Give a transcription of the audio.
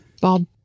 Bob